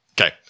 Okay